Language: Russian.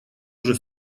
уже